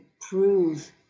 prove